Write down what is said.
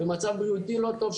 במצב בריאותי לא טוב.